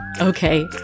Okay